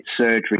surgery